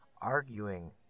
arguing